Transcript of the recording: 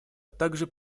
также